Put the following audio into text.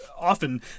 often